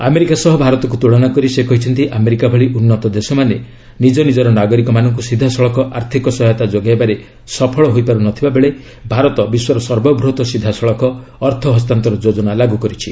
America ସହ ଭାରତକୁ ତୁଳନା କରି ସେ କହିଛନ୍ତି ଆମେରିକା ଭଳି ଉନ୍ତ ଦେଶମାନେ ନିଜ୍ଞ ନିଜର ନାଗରିକମାନଙ୍କୁ ସିଧାସଳଖ ଆର୍ଥିକ ସହାୟତା ଯୋଗାଇବାରେ ସଫଳ ହୋଇପାରୁ ନ ଥିବା ବେଳେ ଭାରତ ବିଶ୍ୱର ସର୍ବବୃହତ ସିଧାସଳଖ ଅର୍ଥ ହସ୍ତାନ୍ତର ଯୋଜନା ଲାଗୁ କରିଛି